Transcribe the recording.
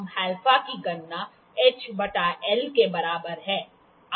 हम α की गणना h बटा L के बराबर है